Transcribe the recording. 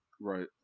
Right